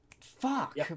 Fuck